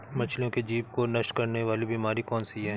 मछलियों के जीभ को नष्ट करने वाली बीमारी कौन सी है?